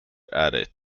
added